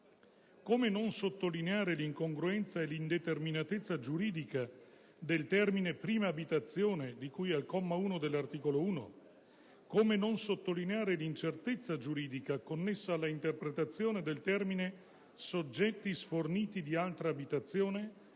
Come non sottolineare l'incongruenza e l'indeterminatezza giuridica del termine "prima abitazione", di cui al comma 1 dell'articolo 1; come non sottolineare l'incertezza giuridica connessa alla interpretazione del termine "soggetti sforniti di altra abitazione"